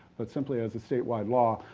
but simply as a statewide law,